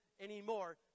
anymore